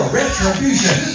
retribution